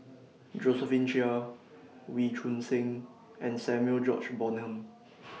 Josephine Chia Wee Choon Seng and Samuel George Bonham